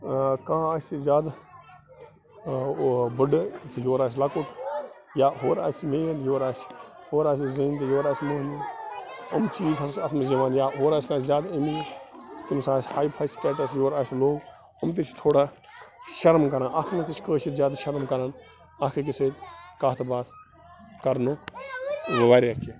کانٛہہ آسہِ زیادٕ بٔڑٕ یور آسہِ لۄکُٹ یا ہور آسہِ مین یور آسہِ ہورٕ آسہِ زٔنۍ تہٕ یورٕ آسہِ مٔہنیوٗ یِم چیٖز ہسا چھِ اَتھ منٛز یِوان یا اورٕ آسہِ کانٛہہِ زیادٕ أمیٖر تٔمِس آسہِ ہاے فاے سٹیٹَس یورٕ آسہِ لو یِم تہِ چھِ تھوڑا شَرم کَران اَتھ منٛز تہِ چھِ کٲشِر زیادٕ شَرم کَران اَکھ أکِس سۭتۍ کَتھ باتھ کَرنُک واریاہ کینٛہہ